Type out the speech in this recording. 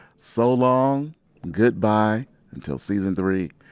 so long goodbye until season three.